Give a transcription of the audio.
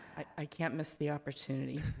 i can't miss the opportunity.